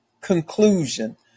conclusion